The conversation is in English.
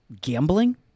gambling